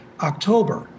October